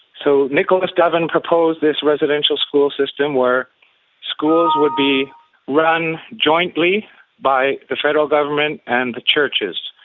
so nicolas davin propose this residential school system where schools would be run jointly by the federal government and churches.